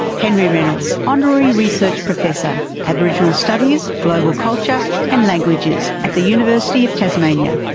henry reynolds, honorary research professor, aboriginal studies, global culture and languages at the university of tasmania.